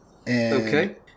Okay